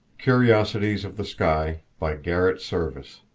curiosities of the sky by garrett serviss